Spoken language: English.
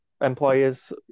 employers